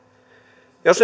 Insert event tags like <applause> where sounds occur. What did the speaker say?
jos <unintelligible>